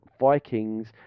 Vikings